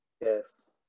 Yes